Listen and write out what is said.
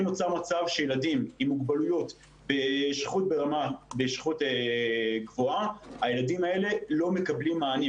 לכן נוצר מצב שילדים עם מוגבלויות בשכיחות גבוהה לא מקבלים מענה.